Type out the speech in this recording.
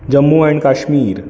Jammu and Kashmir